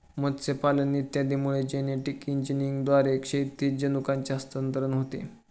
मत्स्यपालन इत्यादींमध्ये जेनेटिक इंजिनिअरिंगद्वारे क्षैतिज जनुकांचे हस्तांतरण होते